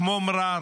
כמו מע'אר,